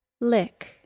Lick